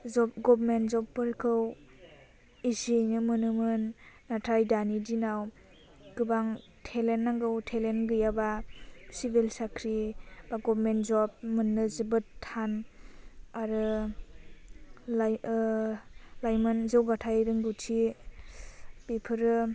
जब government जबफोरखौ इजियैनो मोनोमोन नाथाय दानि दिनाव गोबां थेलेन नांगौ थेलेन गैयाबा सिबिल साख्रि बा गभमेन्ट जब मोननो जोबोद थान आरो लाइ लायमोन जौगाथाय रोंगौथि बेफोरो